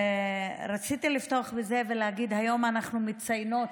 רציתי לפתוח בזה ולהגיד: היום אנחנו מציינות